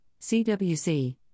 CWC